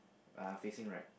uh facing right